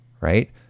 right